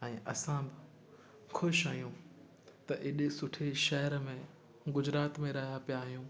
ऐं असां ख़ुशि आहियूं त एॾे सुठे शहर में गुजरात में रहिया पिया आहियूं